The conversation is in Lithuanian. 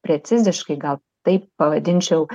preciziškai gal taip pavadinčiau